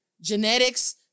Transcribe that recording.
genetics